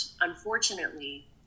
unfortunately